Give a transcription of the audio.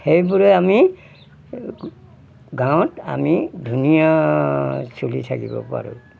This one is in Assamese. সেইবোৰে আমি গাঁৱত আমি ধুনীয়া চলি থাকিব পাৰোঁ